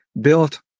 built